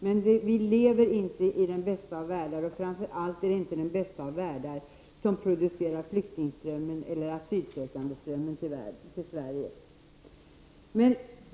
Men vi lever inte i den bästa av världar, och framför allt är det inte den bästa av världar som producerar flyktingströmmen eller asylsökandeströmmen till Sverige.